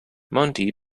monty